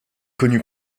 connu